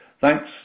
Thanks